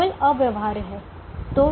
dual अव्यवहार्य है